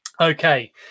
Okay